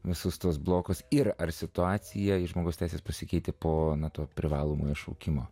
visus tuos blokus ir ar situaciją ir žmogaus teises pasikeitė po nato privalomojo šaukimo